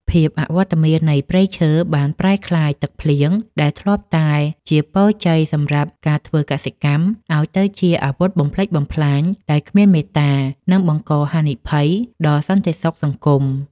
ភាពអវត្តមាននៃព្រៃឈើបានប្រែក្លាយទឹកភ្លៀងដែលធ្លាប់តែជាពរជ័យសម្រាប់ការធ្វើកសិកម្ម ឱ្យទៅជាអាវុធបំផ្លិចបំផ្លាញដែលគ្មានមេត្តា និងបង្កហានិភ័យដល់សន្តិសុខសង្គមជាតិ។